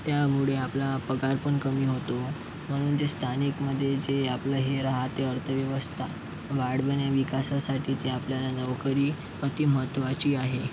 त्यामुळे आपला पगार पण कमी होतो म्हणून जे स्थानिकमध्ये जे आपलं हे रहाते अर्थव्यवस्था वाढविणे विकासासाठी ते आपल्याला नोकरी अती महत्वाची आहे